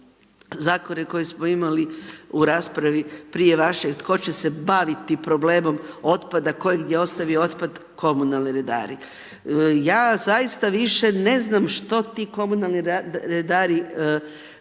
zakone koje smo imali u raspravi prije vaše tko će se baviti problemom otpada, tko je ostavio otpad, komunalni redari. Ja zaista više ne znam što ti komunalni redari ne rade.